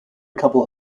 couple